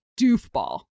doofball